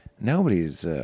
nobody's